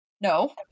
no